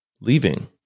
leaving